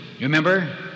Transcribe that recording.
remember